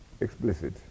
explicit